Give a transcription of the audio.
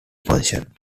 function